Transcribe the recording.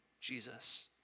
Jesus